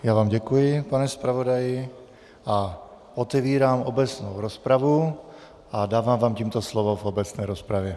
Já vám děkuji, pane zpravodaji, otevírám obecnou rozpravu a dávám vám tímto slovo v obecné rozpravě.